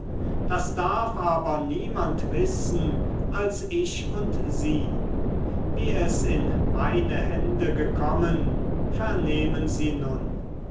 das darf aber niemand wissen als ich und sie wie es in meine hände gekommen vernehmen sie nun